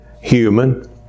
human